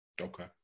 Okay